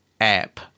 app